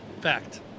Fact